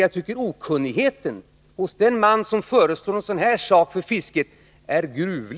Jag tycker att okunnigheten hos den man som föreslår en sådan här sak beträffande fisket är gruvlig.